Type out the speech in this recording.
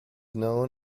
known